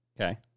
okay